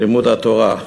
לימוד התורה.